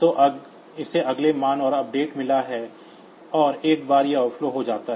तो इसे अगला मान और अपडेट मिलता है और एक बार यह ओवरफ्लो हो जाता है